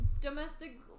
domestic